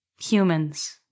humans